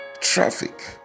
traffic